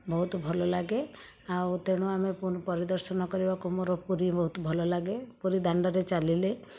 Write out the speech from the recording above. ବହୁତ ଭଲଲାଗେ ଆଉ ତେଣୁ ଆମେ ପୁରୀ ପରିଦର୍ଶନ କରିବାକୁ ମୋର ପୁରୀ ବହୁତ ଭଲଲାଗେ ପୁରୀ ଦାଣ୍ଡରେ ଚାଲିଲେ